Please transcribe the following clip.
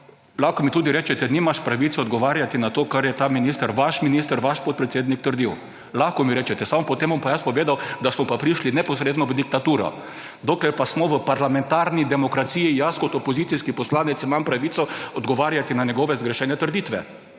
Lahko mi tudi rečete, nimaš pravice odgovarjati na to, kar je ta minister, vaš minister, vaš podpredsednik trdil. Lahko mi rečete, samo potem bom pa jaz povedal, da smo pa prišli neposredno v diktaturo. Dokler pa smo v parlamentarni demokraciji, jaz kot opozicijski poslanec imam pravico odgovarjati na njegove zgrešene trditve.